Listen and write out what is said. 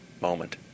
moment